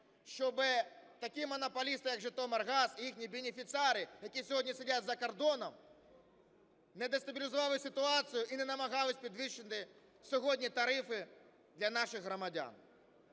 щоби такі монополісти, як Житомиргаз і їхні бенефіціари, які сьогодні сидять за кордоном, не дестабілізували ситуацію і не намагалися підвищити сьогодні тарифи для наших громадян.